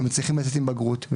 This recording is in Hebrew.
מצליחים להוציא בגרות,